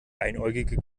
einäugige